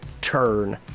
turn